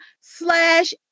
slash